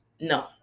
no